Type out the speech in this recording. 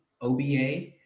oba